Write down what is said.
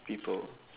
people